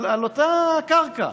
על אותה קרקע,